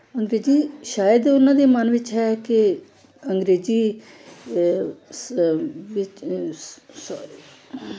ਅੰਗਰੇਜ਼ੀ ਸ਼ਾਇਦ ਉਹਨਾਂ ਦੇ ਮਨ ਵਿੱਚ ਹੈ ਕਿ ਅੰਗਰੇਜ਼ੀ